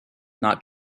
not